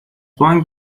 بانک